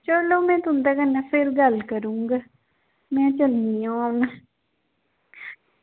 चलो में तुं'दे कन्नै फिर गल्ल करूंग में जन्नी आं हून